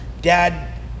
dad